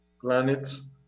planets